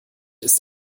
ist